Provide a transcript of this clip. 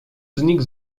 znikł